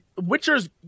witcher's